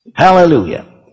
Hallelujah